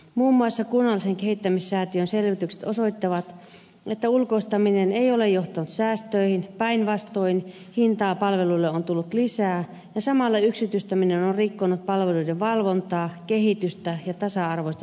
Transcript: muun muassa kunnallisalan kehittämissäätiön selvitykset osoittavat että ulkoistaminen ei ole johtanut säästöihin päinvastoin hintaa palveluille on tullut lisää ja samalla yksityistäminen on rikkonut palveluiden valvontaa kehitystä ja tasa arvoista saatavuutta